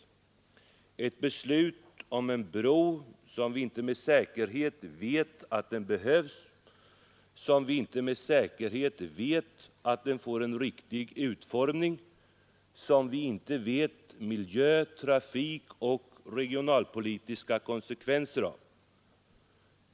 Ett beslut om en bro som vi inte med säkerhet vet att den behövs, som vi inte med säkerhet vet att den får en riktig utformning, som vi inte vet miljö-, trafikoch regionalpolitiska konsekvenser av.